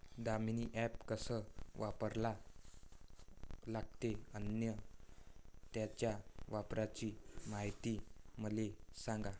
Damini app कस वापरा लागते? अन त्याच्या वापराची मायती मले सांगा